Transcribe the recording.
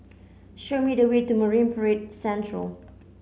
show me the way to Marine Parade Central